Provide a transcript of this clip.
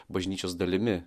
bažnyčios dalimi